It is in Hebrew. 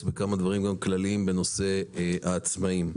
גם לכמה דברים כלליים בנושא העצמאים: